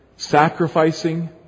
sacrificing